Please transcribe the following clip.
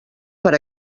per